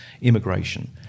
immigration